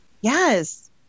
Yes